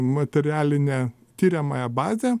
materialinę tiriamąją bazę